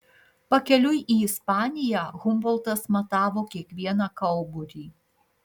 pakeliui į ispaniją humboltas matavo kiekvieną kauburį